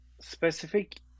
specific